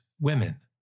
women